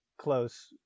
close